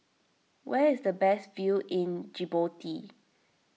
where is the best view in Djibouti